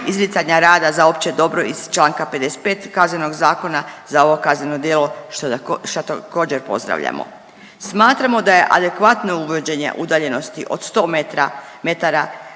izricanja rada za opće dobro iz članka 55. Kaznenog zakona za ovo kazneno djelo šta također pozdravljamo. Smatramo da je adekvatno uvođenje udaljenosti od 100 metara